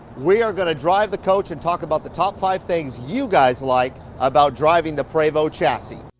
we are gonna drive the coach and talk about the top five things you guys like about driving the prevost chassis.